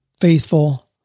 faithful